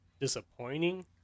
Disappointing